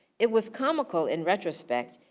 it was comical in retrospect,